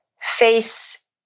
face